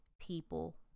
people